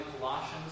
Colossians